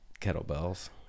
kettlebells